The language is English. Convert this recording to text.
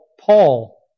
Paul